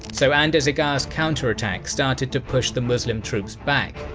so andarzaghar's counter-attack started to push the muslim troops back.